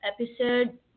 episode